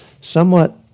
Somewhat